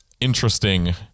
interesting